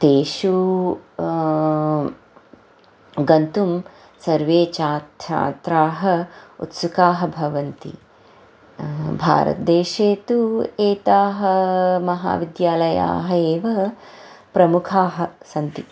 तेषु गन्तुं सर्वे च छात्राः उत्सुकाः भवन्ति भारदेशे तु एताः महाविद्यालयाः एव प्रमुखाः सन्ति